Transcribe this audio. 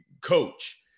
coach